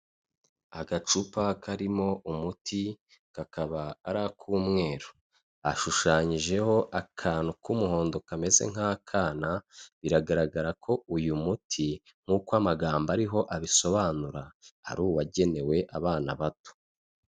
Agacupa karimo umuti kakaba ari ak'umweru, ashushanyijeho akantu k'umuhondo kameze nk'akana, biragaragara ko uyu muti nkuko amagambo ariho abisobanura ari uwagenewe abana bato.